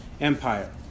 Empire